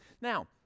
Now